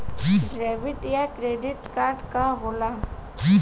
Debit या credit card का होला?